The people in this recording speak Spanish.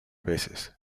veces